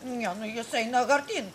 ne nu jisai eina artyn